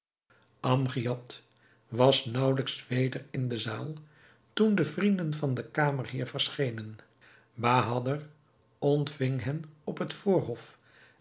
amgiad was naauwelijks weder in de zaal toen de vrienden van den kamerheer verschenen bahader ontving hen op het voorhof